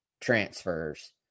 transfers